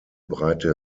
breite